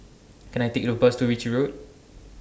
Can I Take A Bus to Ritchie Road